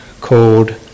called